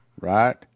Right